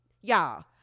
Y'all